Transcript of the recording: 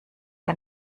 ein